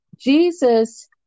Jesus